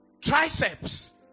triceps